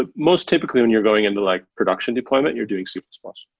ah most typically when you're going into like production deployment, you're doing c plus plus.